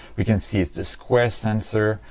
we can see its a square sensor,